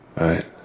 Right